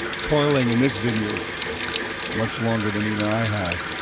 toiling in this vineyard much longer than even i have,